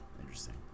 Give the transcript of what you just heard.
Interesting